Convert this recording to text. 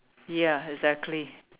ya exactly